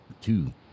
two